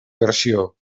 versió